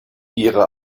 ihre